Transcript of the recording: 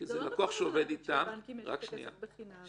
כי זה לקוח שעובד איתם --- זה לא נכון שלבנקים יש כסף בחינם,